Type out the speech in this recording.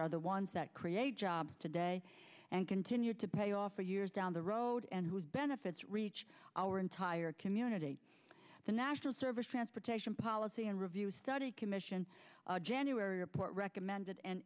the ones that create jobs today and continued to pay off for years down the road and whose benefits reach our entire community the national service transportation policy and review study commission january report recommended an